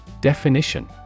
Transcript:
Definition